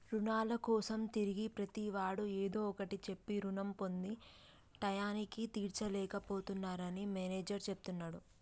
రుణాల కోసం తిరిగే ప్రతివాడు ఏదో ఒకటి చెప్పి రుణం పొంది టైయ్యానికి తీర్చలేక పోతున్నరని మేనేజర్ చెప్తున్నడు